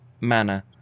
manner